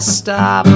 stop